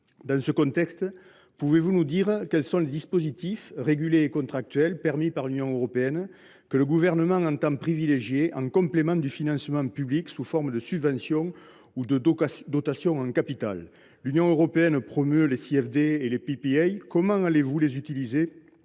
Dans ce contexte, pouvez vous nous dire quels sont les dispositifs régulés et contractuels permis par l’Union européenne que le Gouvernement entend privilégier en complément du financement public sous forme de subventions ou de dotations en capital ? L’Union européenne promeut les (CFD) ou « contrats pour la différence